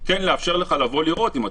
אבל כן לאפשר לך לבוא לראות את זה,